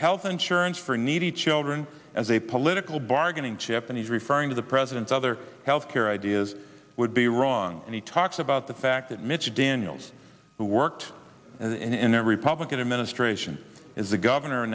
health insurance for needy children as a political bargaining chip and he's referring to the president's other health care ideas would be wrong and he talks about the fact that mitch daniels who worked in a republican administration is a governor